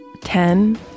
Ten